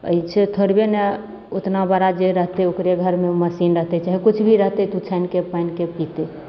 अइसे थोड़बे ने ओतना बड़ा जे रहतै ओकरे घरमे मशीन रहतै चाहे किछु भी रहतै तऽ ओ छानिके पानिके पीतै